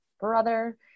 brother